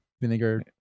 vinegar